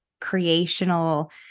creational